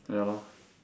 ya lor